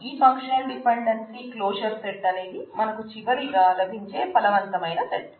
ఈ functional dependency closure set అనేది మనకు చివరిగా లభించే ఫలవంతమైన సెట్